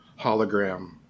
hologram